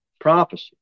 prophecy